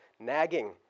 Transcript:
nagging